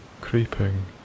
creeping